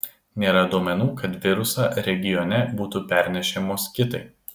nėra duomenų kad virusą regione būtų pernešę moskitai